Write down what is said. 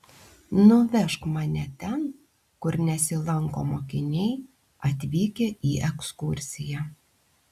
nuvežk mane ten kur nesilanko mokiniai atvykę į ekskursiją